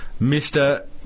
Mr